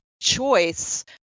choice